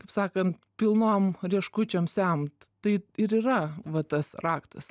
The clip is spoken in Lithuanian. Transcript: kaip sakant pilnom rieškučiom semt tai ir yra va tas raktas